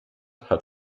hat